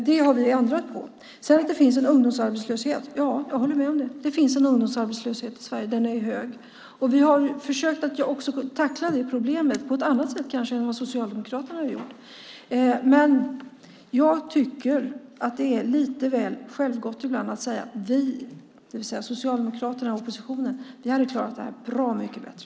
Det har vi ändrat på. Att det sedan finns en ungdomsarbetslöshet håller jag med om. Det finns en ungdomsarbetslöshet i Sverige, och den är hög. Vi har försökt tackla det problemet på ett annat sätt än Socialdemokraterna kanske hade gjort. Jag tycker dock att det är lite väl självgott av Socialdemokraterna och oppositionen att säga att de hade klarat detta bra mycket bättre.